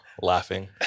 Laughing